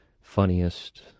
funniest